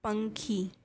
પંખી